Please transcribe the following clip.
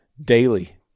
daily